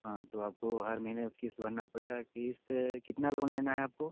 हाँ तो आपको हर महीने किश्त भरना पड़ेगा किश्त कितना लोन लेना है आपको